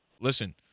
listen